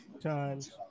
Times